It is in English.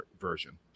version